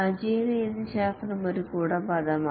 അജിലെ രീതിശാസ്ത്രം ഒരു കുട പദമാണ്